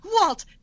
Walt